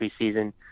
preseason